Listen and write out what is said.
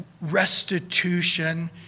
restitution